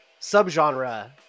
subgenre